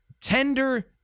tender